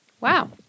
Wow